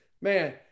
man